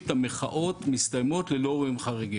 המחאות מסתיימות ללא אירועים חריגים,